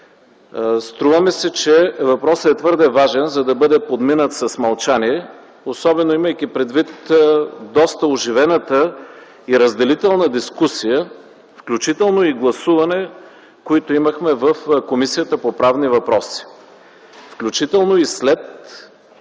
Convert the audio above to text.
Струва ми се, че въпросът е твърде важен, за да бъде подминат с мълчание, особено, имайки предвид доста оживената и разделителна дискусия, включително и гласуване, които имахме в Комисията по правни въпроси, включително и след